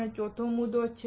આપણો ચોથો મુદ્દો શું છે